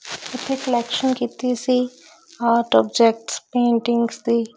ਇੱਥੇ ਕਲੈਕਸ਼ਨ ਕੀਤੀ ਸੀ ਆਰਟ ਓਬਜੈਕਟਸ ਪੇਟਿੰਗਸ ਦੀ